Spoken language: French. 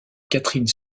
catherine